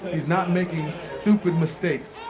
he's not making stupid mistakes.